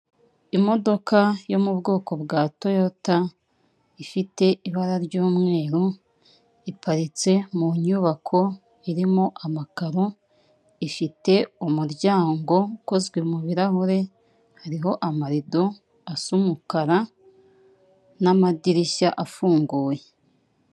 Imodoka yo mu bwoko bwa toyota ifite ibara ry'umweru iparitse mu nyubako irimo amakaro, ifite umuryango ukozwe mu birarahure hariho amarido asa umukara n'amadirishya afunguye.